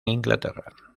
inglaterra